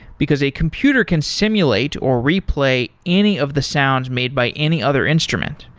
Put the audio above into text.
because a computer can simulate, or replay any of the sounds made by any other instrument.